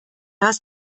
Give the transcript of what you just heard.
hast